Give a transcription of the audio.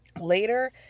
later